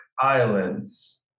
islands